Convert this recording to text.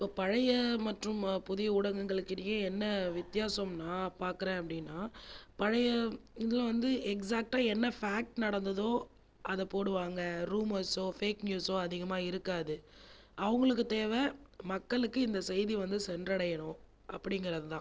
இப்போ பழைய மற்றும் புதிய ஊடகங்களுக்கு இடையே என்ன வித்தியாசம் நான் பார்க்குறேன் அப்படினா பழைய இதில் வந்து எக்ஸாக்டாக என்ன ஃபாக்ட் நடந்ததோ அதை போடுவாங்கள் ரூமெர்சோ ஃபேக் நியூஸோ அதிகமாக இருக்காது அவங்களுக்கு தேவை மக்களுக்கு இந்த செய்தி வந்து சென்றடையணும் அப்படிங்குறது தான்